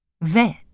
Vet